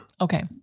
Okay